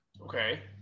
Okay